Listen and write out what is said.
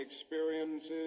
experiences